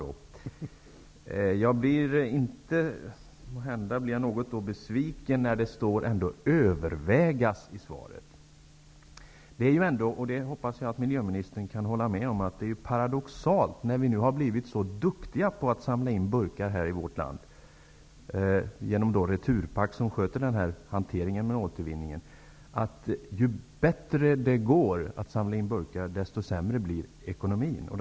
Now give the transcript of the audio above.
Måhända blev jag något besviken över att frågan ''övervägs'', som det står i svaret. Jag hoppas att miljöministern kan hålla med om att det är paradoxalt att ju bättre det går att samla in burkar, desto sämre blir ekonomin, när vi nu har blivit så duktiga på att samla in burkar här i vårt land genom Returpack, som sköter hanteringen med återvinning.